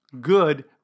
good